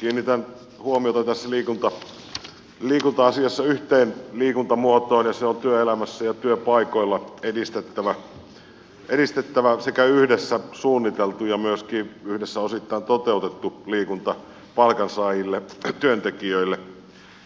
kiinnitän huomiota tässä liikunta asiassa yhteen liikuntamuotoon ja se on työelämässä ja työpaikoilla edistettävä sekä yhdessä suunniteltu ja myöskin yhdessä osittain toteutettu liikunta palkansaajille työntekijöille